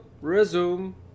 Resume